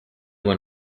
when